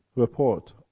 laport?